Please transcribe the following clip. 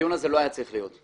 הדיון הזה לא היה צריך להיות.